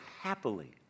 happily